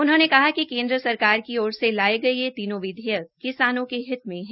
उन्होंने कहा कि केन्द्र सरकार की ओर से लाए गए ये तीनों विधेयक किसानों के हित में हैं